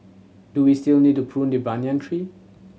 do we still need to prune the banyan tree